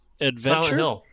Adventure